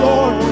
Lord